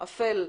אפל,